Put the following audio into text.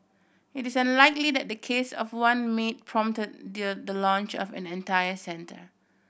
it is unlikely that the case of one maid prompted their the launch of an entire centre